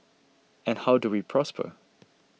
and how do we prosper